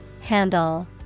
Handle